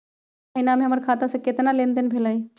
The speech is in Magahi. ई महीना में हमर खाता से केतना लेनदेन भेलइ?